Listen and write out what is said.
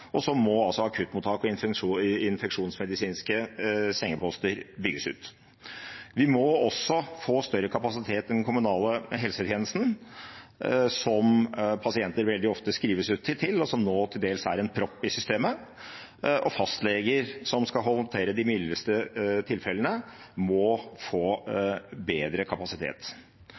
og så må akuttmottak og infeksjonsmedisinske sengeposter bygges ut. Vi må også få større kapasitet ved den kommunale helsetjenesten, som pasienter veldig ofte skrives ut til, og som nå til dels er en propp i systemet. Fastlegene, som skal håndtere de mildeste tilfellene, må få bedre kapasitet.